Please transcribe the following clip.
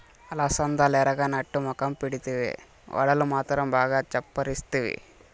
అలసందలెరగనట్టు మొఖం పెడితివే, వడలు మాత్రం బాగా చప్పరిస్తివి